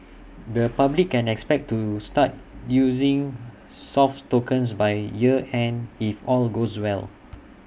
the public can expect to start using soft tokens by year end if all goes well